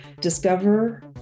discover